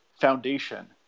foundation